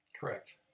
Correct